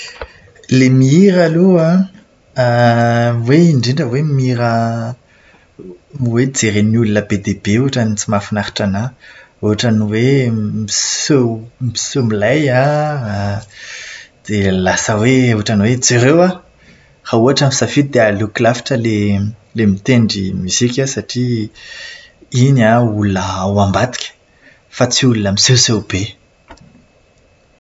Ilay mihira aloha an, hoe indrindra hoe mihira hoe jeren'ny olona be dia be ohatran'ny tsy mahafinaritra anahy. Ohatran'ny hoe miseho miseho milay an, dia lasa hoe ohatran'ny hoe jereo aho! Raha ohatra misafidy dia aleoko lavitra ilay ilay mitendry mozika satria iny an olona ao ambadika fa tsy olona misehoseho be.